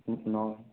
অঁ